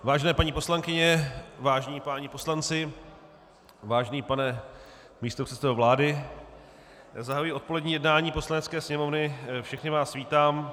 Vážené paní poslankyně, vážení páni poslanci, vážený pane místopředsedo vlády, zahajuji odpolední jednání Poslanecké sněmovny, všechny vás vítám.